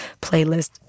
playlist